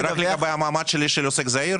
רק לגבי המעמד שלי של עוסק זעיר?